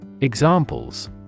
Examples